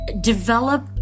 develop